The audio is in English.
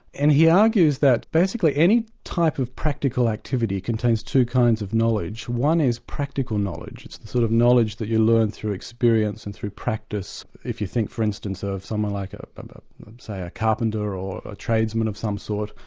and he argues that basically any type of practical activity contains two kinds of knowledge. one is practical knowledge it's the sort of knowledge that you learn through experience and through practice. if you think for instance of someone like, ah and say a carpenter or a tradesman of some sort,